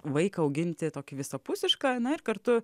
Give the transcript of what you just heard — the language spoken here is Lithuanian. vaiką auginti tokį visapusišką na ir kartu